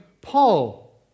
Paul